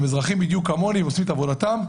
הם אזרחים בדיוק כמוני ועושים את עבודתם,